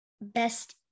best